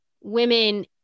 women